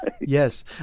Yes